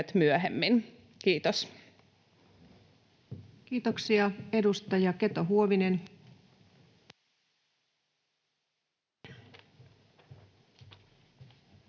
Content: Kiitoksia. — Edustaja Keto-Huovinen.